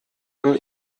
von